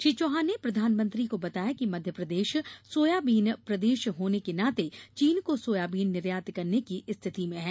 श्री चौहान ने प्रधानमंत्री को बताया कि मध्यप्रदेश सोयाबीन प्रदेश होने के नाते चीन को सोयाबीन निर्यात करने की स्थिति में है